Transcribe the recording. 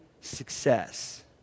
success